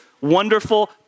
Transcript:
wonderful